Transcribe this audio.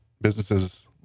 businesses